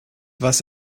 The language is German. was